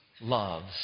loves